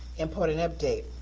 important update,